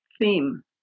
theme